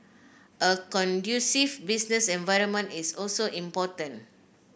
a conducive business environment is also important